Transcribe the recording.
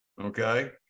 okay